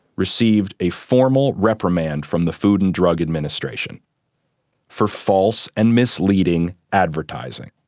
received a formal reprimand from the food and drug administration for false and misleading advertising.